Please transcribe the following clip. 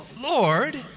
Lord